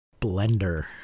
blender